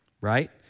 right